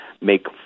make